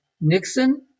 Nixon